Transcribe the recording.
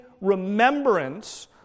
remembrance